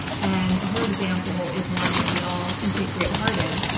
and her example is one that we all can take great heart in.